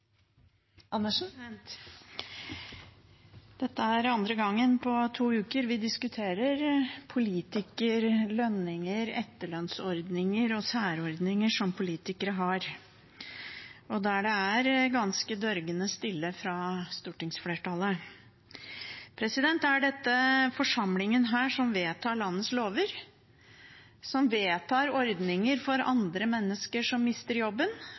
andre gangen på to uker at vi diskuterer politikerlønninger, etterlønnsordninger og særordninger som politikere har, og der det er ganske dørgende stille fra stortingsflertallet. Det er denne forsamlingen som vedtar landets lover, som vedtar ordninger for andre mennesker som mister jobben